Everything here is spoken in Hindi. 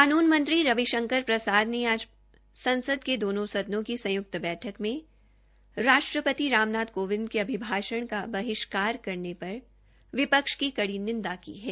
कानून मंत्री रवि शंकर प्रसाद ने आज संसद के दोनों सदनों की संयुक्त बैठक में राष्ट्रपति राम नाथ कोविंद के अभिभाष्ण का बाहिष्कार करने पर विपक्ष की कड़ी आलोचना की है